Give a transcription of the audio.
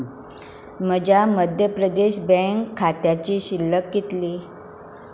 म्हज्या मध्य प्रदेश बँक खात्याची शिल्लक कितली